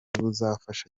buzafasha